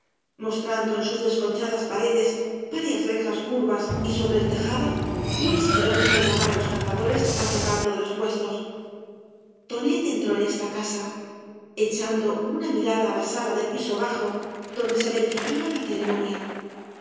mostrando en sus desconchadas paredes varias rejas curvas y sobre el tejado un esquilón para llamar á los cazadores al reparto de los puestos tonet entró en esta casa echando una mirada cañas y barro á la sala del piso bajo donde be verificaba la